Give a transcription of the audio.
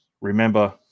remember